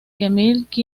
quinientas